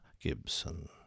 Gibson